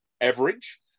average